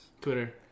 Twitter